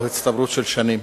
או בהצטברות של שנים.